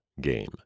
game